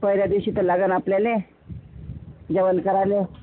पहिल्या दिवशी तर लागेल आपल्याला जेवण करायला